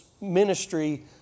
ministry